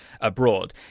abroad